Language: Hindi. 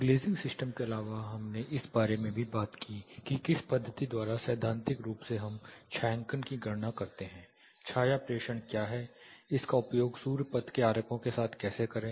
ग्लेज़िंग सिस्टम के अलावा हमने इस बारे में भी बात की कि किस पद्धति द्वारा सैद्धांतिक रूप से हम छायांकन की गणना करते हैं छाया प्रेषण क्या है इसका उपयोग सूर्य पथ के आरेखों के साथ कैसे करें